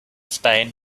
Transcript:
spain